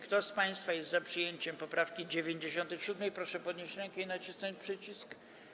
Kto z państwa jest za przyjęciem poprawki 97., proszę podnieść rękę i nacisnąć przycisk.